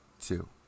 two